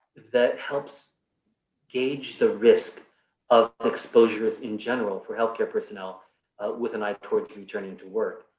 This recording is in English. that helps gauge the risk of exposures in general for healthcare personnel with an eye towards returning to work.